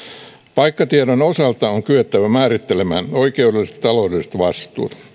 paikkatiedon osalta on kyettävä määrittelemään oikeudelliset ja taloudelliset vastuut